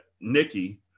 Nikki